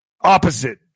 opposite